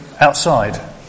outside